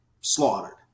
slaughtered